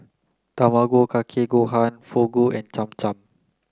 Tamago Kake Gohan Fugu and Cham Cham